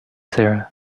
sarah